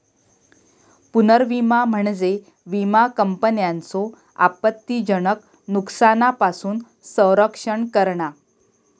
पुनर्विमा म्हणजे विमा कंपन्यांचो आपत्तीजनक नुकसानापासून संरक्षण करणा